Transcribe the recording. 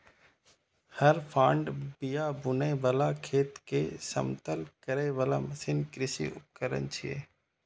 हर, फाड़, बिया बुनै बला, खेत कें समतल करै बला मशीन कृषि उपकरण छियै